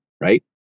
right